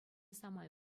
самай